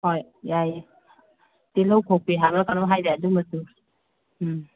ꯍꯣꯏ ꯌꯥꯏꯌꯦ ꯇꯤꯜꯍꯧ ꯈꯣꯛꯄꯤ ꯍꯥꯏꯕ꯭ꯔꯥ ꯀꯩꯅꯣꯝ ꯍꯥꯏꯗꯥꯏ ꯑꯗꯨ ꯃꯆꯨ ꯎꯝ